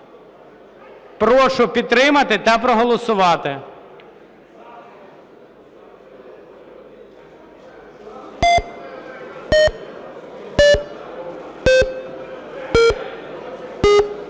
Прошу підтримати та проголосувати.